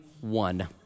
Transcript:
one